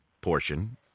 portion